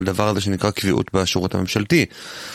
לדבר הזה שנקרא קביעות בשורת הממשלתית.